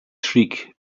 shriek